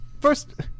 First